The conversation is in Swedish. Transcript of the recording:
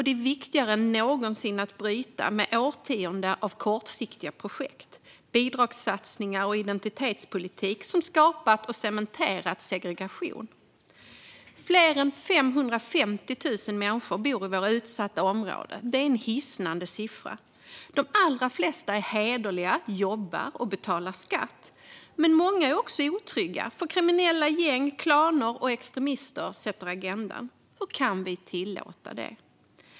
Det är viktigare än någonsin att bryta med årtionden av kortsiktiga projekt, bidragssatsningar och identitetspolitik som skapat och cementerat segregation. Fler än 550 000 människor bor i våra utsatta områden. Det är en hisnande siffra. De allra flesta är hederliga, jobbar och betalar skatt. Men många är också otrygga eftersom kriminella gäng, klaner och extremister sätter agendan. Hur kan vi tillåta det?